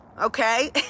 Okay